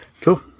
Cool